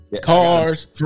cars